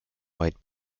might